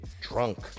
drunk